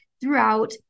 throughout